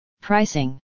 Pricing